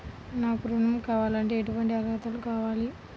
నాకు ఋణం కావాలంటే ఏటువంటి అర్హతలు కావాలి?